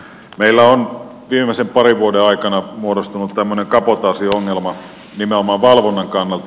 meillä on viimeisten parin vuoden aikana muodostunut kabotaasiongelma nimenomaan valvonnan kannalta